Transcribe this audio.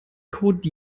code